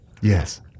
Yes